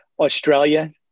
Australia